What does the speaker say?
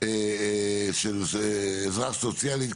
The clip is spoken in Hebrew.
של עזרה סוציאלית,